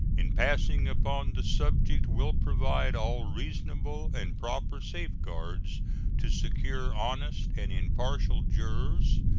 in passing upon the subject, will provide all reasonable and proper safeguards to secure honest and impartial jurors,